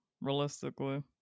realistically